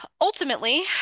Ultimately